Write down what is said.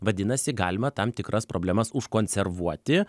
vadinasi galima tam tikras problemas užkonservuoti